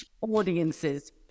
Audiences